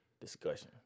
Discussion